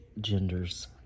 genders